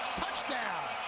touchdown!